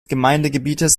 gemeindegebietes